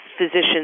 physicians